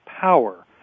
power